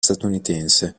statunitense